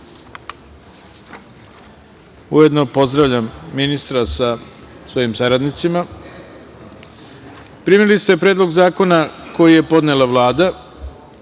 pozdravljam ministra sa svojim saradnicima. Primili ste Predlog zakona koji je podnela